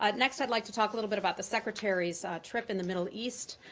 ah next, i'd like to talk a little bit about the secretary's trip in the middle east.